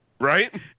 Right